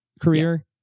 career